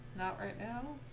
not right now